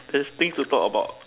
there's things to talk about